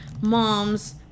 mom's